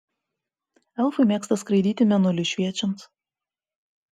elfai mėgsta skraidyti mėnuliui šviečiant